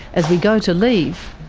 as we go to leave,